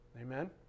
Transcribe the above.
Amen